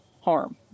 harm